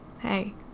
Hey